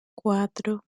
cuatro